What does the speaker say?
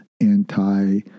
anti